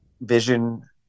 vision